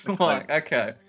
Okay